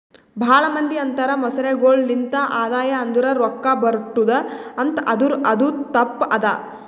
ಭಾಳ ಮಂದಿ ಅಂತರ್ ಮೊಸಳೆಗೊಳೆ ಲಿಂತ್ ಆದಾಯ ಅಂದುರ್ ರೊಕ್ಕಾ ಬರ್ಟುದ್ ಅಂತ್ ಆದುರ್ ಅದು ತಪ್ಪ ಅದಾ